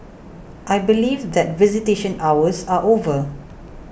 I believe that visitation hours are over